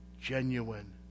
genuine